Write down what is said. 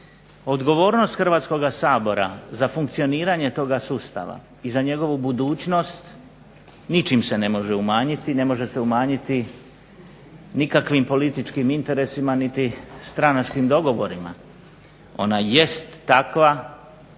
Odgovornost Hrvatskoga sabora za funkcioniranje toga sustava i za njegovu budućnost ničim se ne može umanjiti. Ne može se umanjiti nikakvim političkim interesima niti stranačkim dogovorima. Ona jest takva